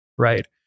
Right